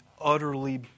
utterly